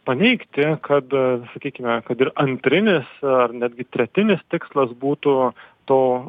paneigti kad sakykime kad ir antrinis ar netgi tretinis tikslas būtų to